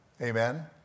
Amen